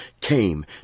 came